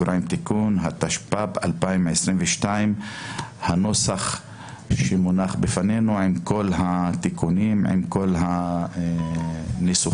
התשפ"ב-2022 לפי הנוסח שמונח בפנינו עם כל התיקונים והניסוחים,